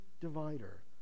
divider